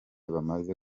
bamaze